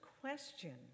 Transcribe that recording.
question